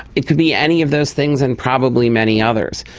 it could be any of those things and probably many others.